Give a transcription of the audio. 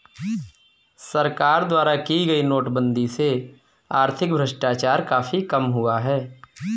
सरकार द्वारा की गई नोटबंदी से आर्थिक भ्रष्टाचार काफी कम हुआ है